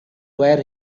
where